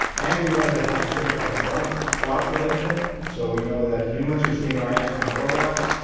and we wanted to have certified fraud fraud prevention so we know that humans are seeing our ads, not robots.